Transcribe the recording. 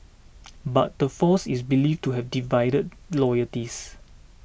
but the force is believed to have divided loyalties